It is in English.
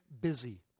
Busy